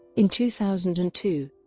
in two thousand and two,